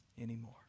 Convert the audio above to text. anymore